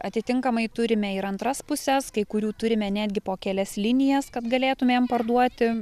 atitinkamai turime ir antras puses kai kurių turime netgi po kelias linijas kad galėtumėm parduoti